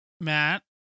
Matt